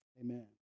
Amen